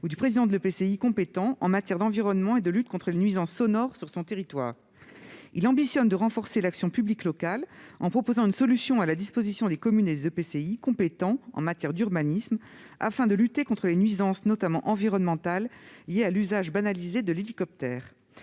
ou du président de l'EPCI compétent en matière d'environnement et de lutte contre les nuisances sonores sur son territoire. Il ambitionne de renforcer l'action publique locale, en proposant une solution à la disposition des communes et des EPCI compétents en matière d'urbanisme, afin de lutter contre les nuisances, notamment environnementales, qui sont liées à l'usage banalisé de l'hélicoptère.